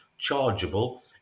chargeable